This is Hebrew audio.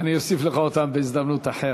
אני אוסיף לך אותן בהזדמנות אחרת.